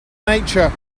nature